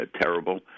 terrible